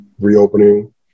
reopening